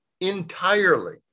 entirely